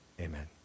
Amen